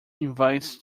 invites